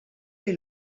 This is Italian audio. dei